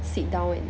sit down and